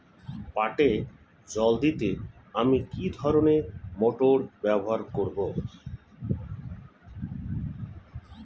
পাটে জল দিতে আমি কি ধরনের মোটর ব্যবহার করব?